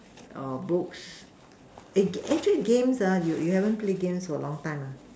or books eh actually games ah you you haven't play games for a long time ah